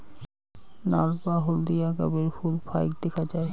নাল বা হলদিয়া গাবের ফুল ফাইক দ্যাখ্যা যায়